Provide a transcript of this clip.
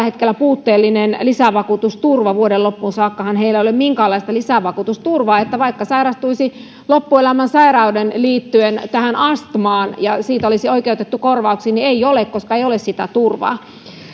hetkellä puutteellinen lisävakuutusturva vuoden loppuun saakkahan heillä ei ole minkäänlaista lisävakuutusturvaa niin että vaikka sairastuisi loppuelämän sairauteen liittyen tähän astmaan ja siitä olisi oikeutettu korvauksiin niin ei ole koska ei ole sitä turvaa